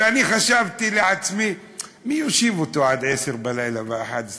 שאני חשבתי לעצמי: מי יושיב אותו עד 10 ו-11 בלילה?